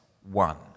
one